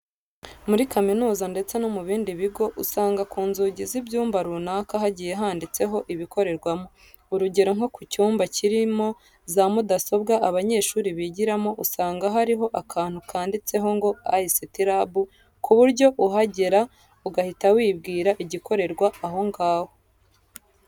Muri kaminuza ndetse no mu bindi bigo usanga ku nzugi z'ibyumba runaka hagiye handitseho ibikorerwamo. Urugero nko ku cyumba kirimo za mudasobwa abanyeshuri bigiraho usanga hariho akantu kanditseho ngo ICT lab ku buryo uhagera ugahita wibwira igikorerwa aho ngaho.